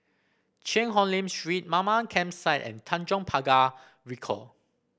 Cheang Hong Lim Street Mamam Campsite and Tanjong Pagar Ricoh